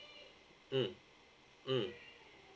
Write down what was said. mm mm